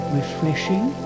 refreshing